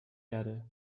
erde